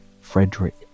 Frederick